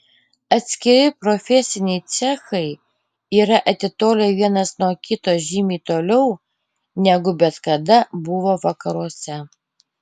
atskiri profesiniai cechai yra atitolę vienas nuo kito žymiai toliau negu bet kada buvo vakaruose